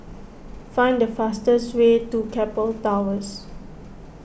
find the fastest way to Keppel Towers